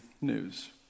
news